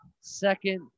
second